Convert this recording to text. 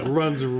runs